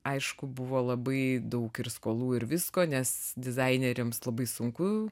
aišku buvo labai daug ir skolų ir visko nes dizaineriams labai sunku